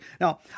Now